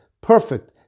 perfect